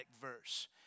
verse